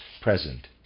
present